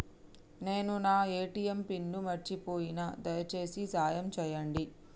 నేను నా ATM pin మర్చిపోయిన, దయచేసి సాయం చేయండి